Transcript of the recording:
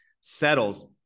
settles